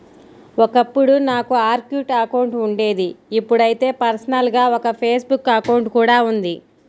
ఒకప్పుడు నాకు Orkut account ఉండేది ఇప్పుడైతే పర్సనల్ గా ఒక ఫేస్ బుక్ అకౌంట్ కూడా ఉంది